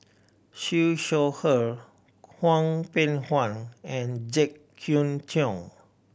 Siew Shaw Her Hwang Peng Yuan and Jek Yeun Thong